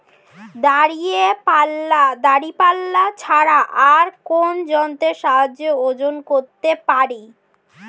দাঁড়িপাল্লা ছাড়া আর কোন যন্ত্রের সাহায্যে ওজন করতে পারি?